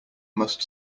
must